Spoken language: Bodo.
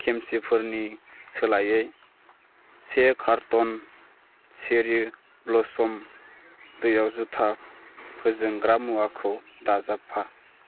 खेमसिफोरनि सोलायै से कार्टन चेरि ब्लसम दैयाव जुथा फोजोंग्रा मुवाखौ दाजाबफा